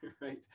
right